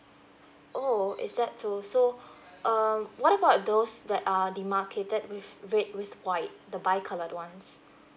oh is that so so um what about those like uh demarcated with red with white the bi coloured ones